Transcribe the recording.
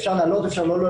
אפשר להעלות ואפשר להעלות,